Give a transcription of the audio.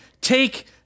take